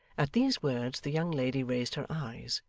at these words the young lady raised her eyes,